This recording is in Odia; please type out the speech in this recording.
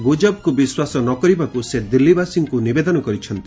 ଗୁଜବକୁ ବିଶ୍ୱାସ ନ କରିବାକୁ ସେ ଦିଲ୍ଲୀବାସୀଙ୍କୁ ନିବେଦନ କରିଛନ୍ତି